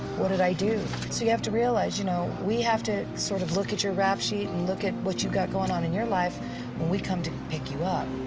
what did i do? so you have to realize, you know, we have to sort of look at your rap sheet, and look at what you've got going on in your life when we come to pick you up.